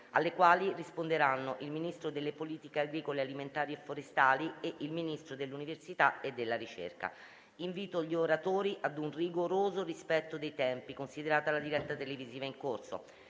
alle quali risponderanno il Ministro delle politiche agricole alimentari e forestali e il Ministro dell'università e della ricerca. Invito gli oratori ad un rigoroso rispetto dei tempi, considerata la diretta televisiva in corso.